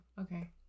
Okay